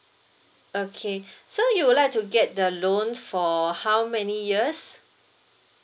okay so you would like to get the loan for how many years